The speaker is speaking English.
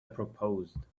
proposed